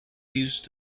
used